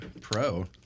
pro